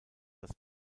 das